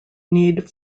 need